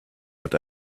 but